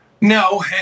No